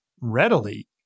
readily